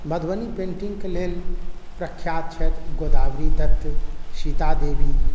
मधुबनी पेंटिंगके लेल प्रख्यात छथि गोदावरी दत्त सीता देवी